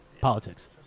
politics